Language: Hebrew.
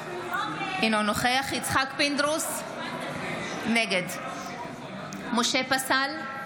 אינו נוכח יצחק פינדרוס, נגד משה פסל,